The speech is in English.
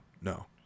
no